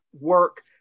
work